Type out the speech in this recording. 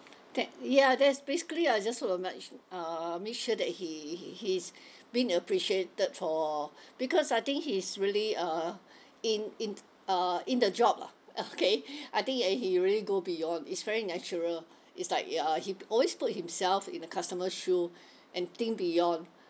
that ya that's basically I just want to match uh make sure that he he he's being appreciated for because I think he's really uh in in uh in the job lah okay I think eh he really go beyond it's very natural it's like uh he always put himself in the customer shoe and think beyond